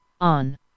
on